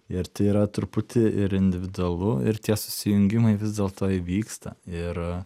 ir tai yra truputį ir individualu ir tie susijungimai vis dėlto įvyksta ir